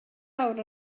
awr